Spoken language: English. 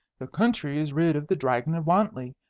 the country is rid of the dragon of wantley,